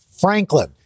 Franklin